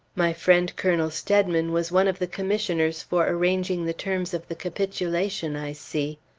my friend colonel steadman was one of the commissioners for arranging the terms of the capitulation, i see.